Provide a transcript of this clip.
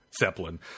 Zeppelin